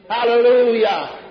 Hallelujah